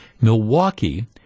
Milwaukee